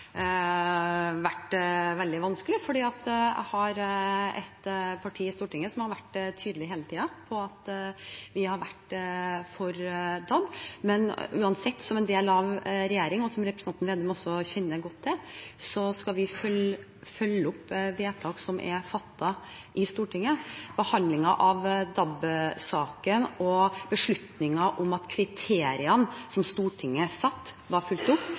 vært tydelig på at vi har vært for DAB. Men uansett, som en del av regjeringen, og som representanten Vedum også kjenner godt til, skal vi følge opp vedtak som er fattet i Stortinget. Beslutningen om at kriteriene som Stortinget satte for behandlingen av DAB-saken, var fulgt opp,